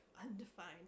undefined